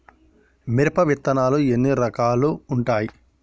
మిరప విత్తనాలు ఎన్ని రకాలు ఉంటాయి?